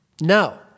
No